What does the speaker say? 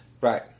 Right